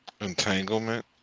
Entanglement